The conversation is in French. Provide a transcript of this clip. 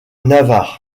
navarre